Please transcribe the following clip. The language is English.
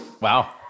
Wow